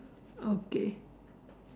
okay